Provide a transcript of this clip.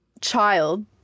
child